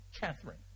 Catherine